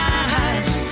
eyes